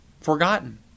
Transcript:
forgotten